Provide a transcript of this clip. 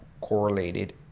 correlated